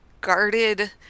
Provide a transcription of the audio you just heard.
guarded